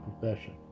profession